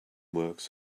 works